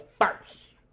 first